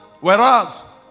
Whereas